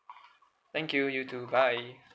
thank you you too bye